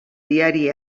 diari